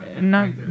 No